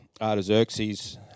Artaxerxes